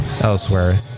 elsewhere